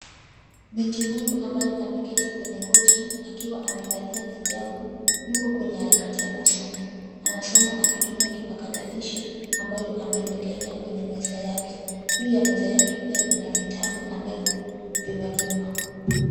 Binti huyu ambaye ameketi kwenye kochi akiwa amevalia hijabu yuko kwenye harakati ya masomo. Anasoma akitumia kipakatakilishi ambayo ameiwekelea kwenye meza yake. Juu ya meza yake pia kuna vitabu ambavyo vimewekwa.